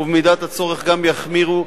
ובמידת הצורך גם יחמירו,